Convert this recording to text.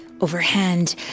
overhand